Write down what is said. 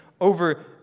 over